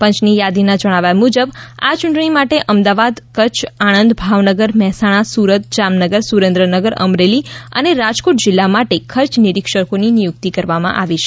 પંચની યાદીના જણાવ્યા મુજબ આ ચૂંટણી માટે અમદાવાદ કચ્છ આણંદ ભાવનગર મહેસાણા સુરત જામનગર સુરેન્દ્રનગર અમરેલી અને રાજકોટ જીલ્લા માટે ખર્ચ નિરીક્ષકોની નિયુકતી કરવામાં આવી છે